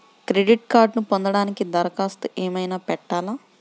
Credit కార్డ్ను పొందటానికి దరఖాస్తు ఏమయినా పెట్టాలా?